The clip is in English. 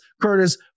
Curtis